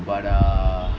but err